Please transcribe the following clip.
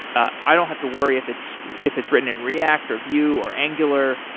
ah i don't have to worry if it's if it's written in react or vue or angular.